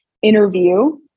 Interview